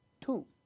two